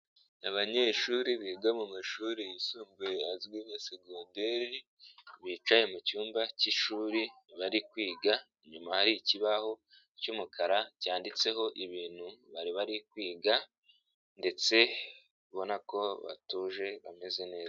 Abanyeshuri biga mu mashuri yisumbuye azwi nka segonderi bicaye mu cyumba k'ishuri bari kwiga, inyuma hari ikibaho cy'umukara cyanditseho ibintu bari bari kwiga ndetse ubona ko batuje bameze neza.